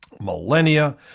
millennia